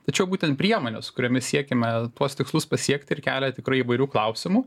tačiau būtent priemonės su kuriomis siekiama tuos tikslus pasiekt ir kelia tikrai įvairių klausimų